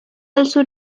also